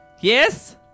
Yes